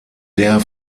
der